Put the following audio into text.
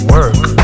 Work